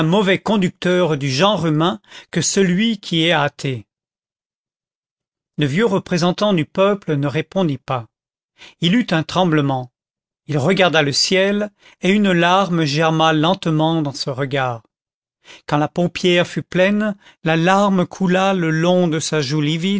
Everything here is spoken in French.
mauvais conducteur du genre humain que celui qui est athée le vieux représentant du peuple ne répondit pas il eut un tremblement il regarda le ciel et une larme germa lentement dans ce regard quand la paupière fut pleine la larme coula le long de sa joue